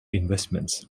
investments